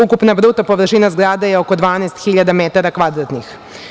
Ukupna bruto površina zgrade je oko 12.000 metara kvadratnih.